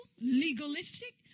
legalistic